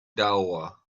door